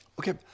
Okay